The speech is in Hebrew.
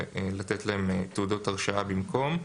ולתת להם תעודות הרשאה במקום.